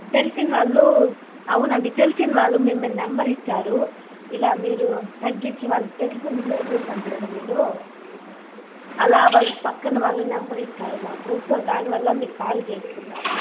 తెలిసిన వాళ్ళు అవునండీ తెలిసిన వాళ్ళు మిమ్మల్ని నంబర్ ఇచ్చారు ఇలా మీరు తగ్గిచ్చి వాళ్ళకు తెల్సిన రిలేటివ్స్ అంట కదా మీరు అలా వాల్ పక్కన వాళ్ళు నంబర్ ఇచ్చారు మాకు సో అలా దానివల్ల మీకు కాల్ చేస్తున్నాము